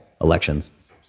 elections